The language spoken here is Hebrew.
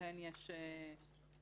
שלגביהן יש נבצרות